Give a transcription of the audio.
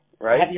right